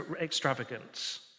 extravagance